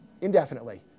Indefinitely